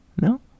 No